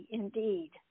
indeed